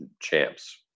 champs